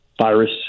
virus